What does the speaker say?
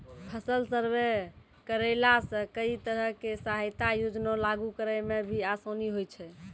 फसल सर्वे करैला सॅ कई तरह के सहायता योजना लागू करै म भी आसानी होय छै